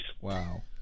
Wow